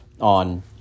on